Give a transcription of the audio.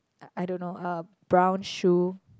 I I don't know uh brown shoe